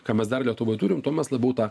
ką mes dar lietuvoj turim tuo mes labiau tą